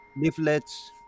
leaflets